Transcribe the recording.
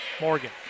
Morgan